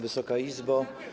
Wysoka Izbo!